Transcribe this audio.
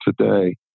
today